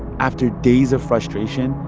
after days of frustration,